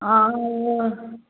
हाँ वो